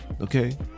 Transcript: okay